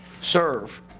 serve